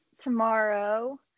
tomorrow